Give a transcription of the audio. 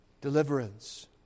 deliverance